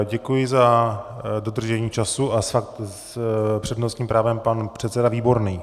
Děkuji za dodržení času a s přednostním právem pan předseda Výborný.